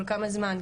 כל כמה זמן.